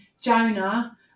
Jonah